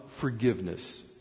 forgiveness